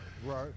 Right